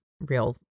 real